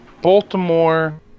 Baltimore